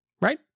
Right